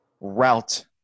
route